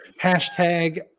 Hashtag